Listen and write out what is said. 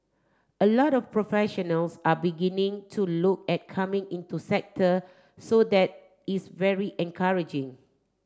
a lot of professionals are beginning to look at coming into sector so that is very encouraging